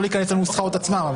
לא להיכנס לנוסחאות עצמן.